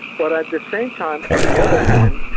but at the same time, on the other hand,